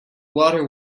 water